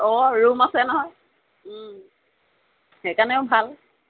অঁ ৰুম আছে নহয় সেইকাৰণেও ভাল